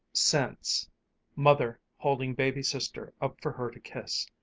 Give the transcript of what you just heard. scents mother holding baby sister up for her to kiss,